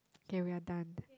okay we're done